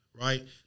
right